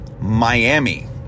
Miami